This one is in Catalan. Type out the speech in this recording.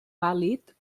pàl·lid